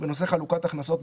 המוצע,